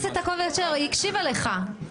אשר, היא הקשיבה לך.